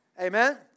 Amen